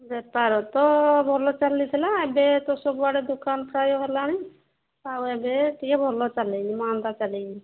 ବେପାର ତ ଭଲ ଚାଲିଥିଲା ଏବେ ତ ସବୁଆଡ଼େ ଦୋକାନ ପ୍ରାୟ ହେଲାଣି ଆଉ ଏବେ ଟିକେ ଭଲ ଚାଲିନି ମାନ୍ଦା ଚାଲିଛି